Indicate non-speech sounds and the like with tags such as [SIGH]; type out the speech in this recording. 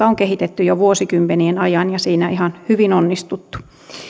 [UNINTELLIGIBLE] on kehitetty jo vuosikymmenien ajan ja siinä on ihan hyvin onnistuttu